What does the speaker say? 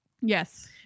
yes